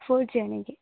four G ആണെങ്കിൽ